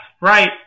right